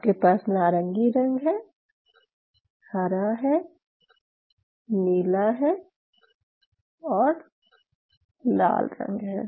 आपके पास नारंगी रंग है हरा है नीला है और लाल रंग है